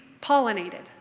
pollinated